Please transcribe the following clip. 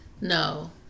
No